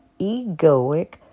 egoic